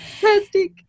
fantastic